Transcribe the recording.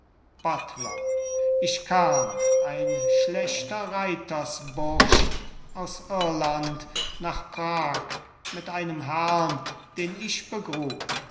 buttler ich kam ein schlechter reitersbursch aus irland nach prag mit einem herrn den ich begrub